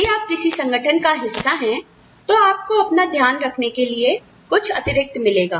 यदि आप किसी संगठन का हिस्सा है तो आपको अपना ध्यान रखने के लिए कुछ अतिरिक्त मिलेगा